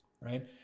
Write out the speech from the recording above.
Right